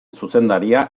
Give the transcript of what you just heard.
zuzendaria